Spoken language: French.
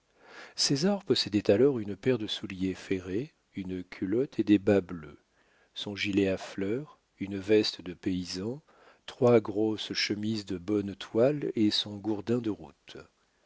césar possédait alors une paire de souliers ferrés une culotte et des bas bleus son gilet à fleurs une veste de paysan trois grosses chemises de bonne toile et son gourdin de route